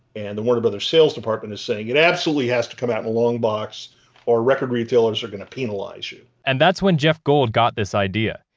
and the warner brothers sales department is saying, it absolutely has to come out in a long box or record retailers are going to penalize you. and that's when jeff gold got this idea.